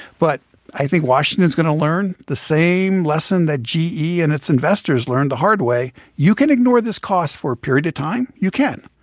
but i think washington is going to learn the same lesson that ge and its investors learned the hard way you can ignore this cost for a period of time, you can.